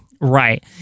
Right